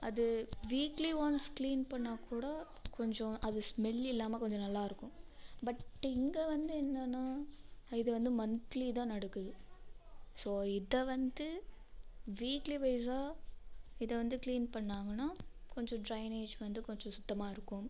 அது weekly once clean பண்ணால்கூட கொஞ்சம் அது ஸ்மெல் இல்லாமல் கொஞ்சம் நல்லாயிருக்கும் பட் இங்கே வந்து என்னன்னால் இது வந்து மந்த்லி தான் நடக்குது ஸோ இதை வந்து வீக்லி வைஸாக இதை வந்து கிளீன் பண்ணாங்கன்னால் கொஞ்சம் டிரைனேஜ் வந்து கொஞ்சம் சுத்தமாக இருக்கும்